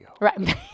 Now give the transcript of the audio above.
Right